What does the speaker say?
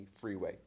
freeway